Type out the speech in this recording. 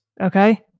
Okay